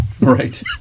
Right